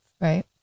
Right